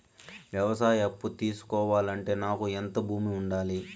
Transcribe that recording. వ్యవసాయ అప్పు తీసుకోవాలంటే నాకు ఎంత భూమి ఉండాలి?